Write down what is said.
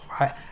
right